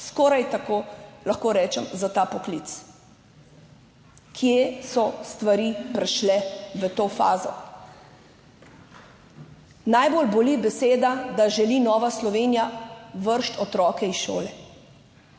skoraj tako lahko rečem, za ta poklic. Kje so stvari prišle v to fazo? Najbolj boli beseda, da želi Nova Slovenija vreči otroke iz šole.